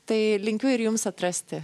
tai linkiu ir jums atrasti